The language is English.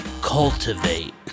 cultivate